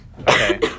Okay